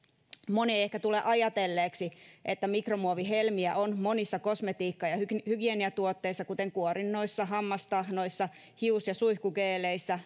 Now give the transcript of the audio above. moni ei ehkä tule ajatelleeksi että mikromuovihelmiä on monissa kosmetiikka ja hygieniatuotteissa kuten kuorinnoissa hammastahnoissa hius ja suihkugeeleissä